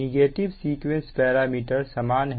negative sequence parameter समान है